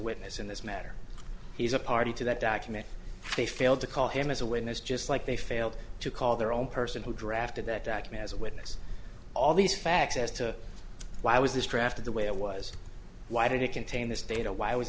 witness in this matter he's a party to that document they failed to call him as a witness just like they failed to call their own person who drafted that document as a witness all these facts as to why was this drafted the way it was why did it contain this data why was